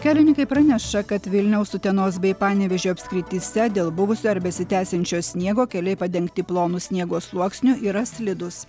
kelininkai praneša kad vilniaus utenos bei panevėžio apskrityse dėl buvusio ar besitęsiančio sniego keliai padengti plonu sniego sluoksniu yra slidūs